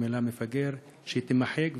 שהמילה מפגר תימחק,